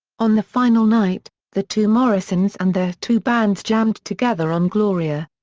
on the final night, the two morrisons and their two bands jammed together on gloria.